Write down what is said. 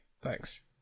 thanks